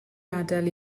adael